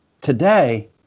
today